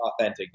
authentic